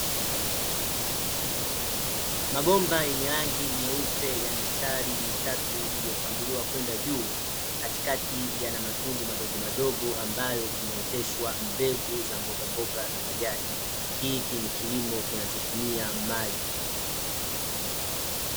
Mabomba yenye rangi nyeupe ya mistari mitatu iliyopangiliwa kwenda juu, katikati yana matundu madogomadogo ambayo huoteshwa mbegu za mbogamboga za majani. Hiki ni kilimo kinachotumia maji.